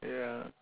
ya